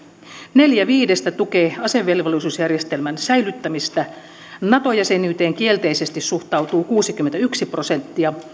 neljä viidestä tukee asevelvollisuusjärjestelmän säilyttämistä ja nato jäsenyyteen kielteisesti suhtautuu kuusikymmentäyksi prosenttia